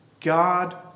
God